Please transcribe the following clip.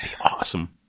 awesome